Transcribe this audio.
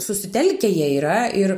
susitelkę jie yra ir